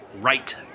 right